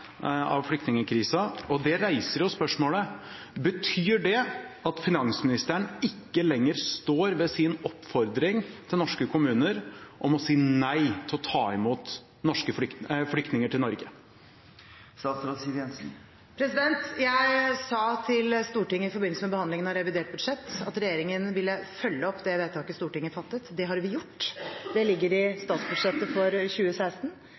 av flyktningkrisen, og det reiser spørsmålet: Betyr det at finansministeren ikke lenger står ved sin oppfordring til norske kommuner om å si nei til å ta imot flyktninger til Norge? Jeg sa til Stortinget i forbindelse med behandlingen av revidert budsjett at regjeringen ville følge opp det vedtaket Stortinget fattet. Det har vi gjort, det ligger i statsbudsjettet for 2016.